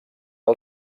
que